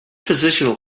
positional